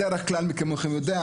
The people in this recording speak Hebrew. מי כמוכם יודע,